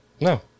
No